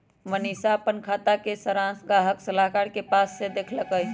मनीशा अप्पन खाता के सरांश गाहक सलाहकार के पास से देखलकई